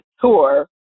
tour